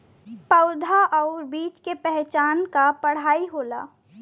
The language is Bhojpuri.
पउधा आउर बीज के पहचान क पढ़ाई होला